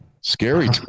Scary